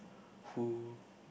who